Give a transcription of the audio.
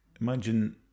imagine